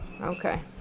Okay